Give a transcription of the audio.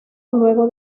luego